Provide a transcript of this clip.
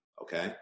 okay